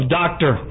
doctor